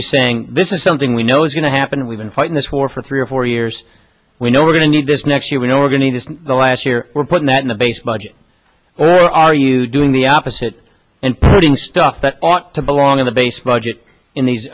you saying this is something we know is going to happen we've been fighting this war for three or four years we know we're going to need this next year we know we're going to last year we're putting that in the base budget or are you doing the opposite and putting stuff that ought to belong in the base budget in these